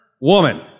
woman